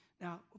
Now